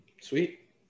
sweet